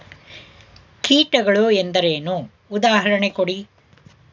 ಕೀಟಗಳು ಎಂದರೇನು? ಉದಾಹರಣೆ ಕೊಡಿ?